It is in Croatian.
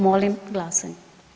Molim glasanje.